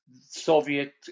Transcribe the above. Soviet